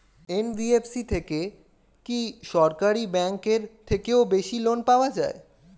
NBFC থেকে কি সরকারি ব্যাংক এর থেকেও বেশি লোন পাওয়া যায়?